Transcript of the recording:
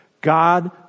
God